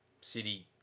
City